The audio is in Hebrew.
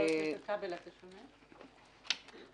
--- מה שאמרנו